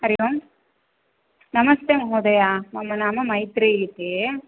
हरिः ओम् नमस्ते महोदया मम नाम मैत्रेयी इति